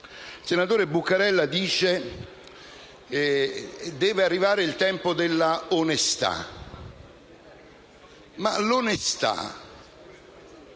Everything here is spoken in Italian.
Il senatore Buccarella dice che deve arrivare il tempo dell'onestà, ma l'onestà